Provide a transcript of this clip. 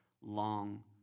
long